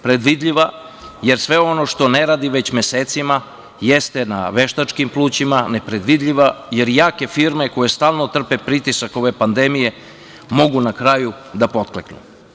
Predvidljiva, jer sve ono što ne radi već mesecima jeste na veštačkim plućima, nepredvidljiva jer jake firme koje stalno trpe pritisak ove pandemije mogu na kraju da pokleknu.